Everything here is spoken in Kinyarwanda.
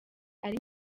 ari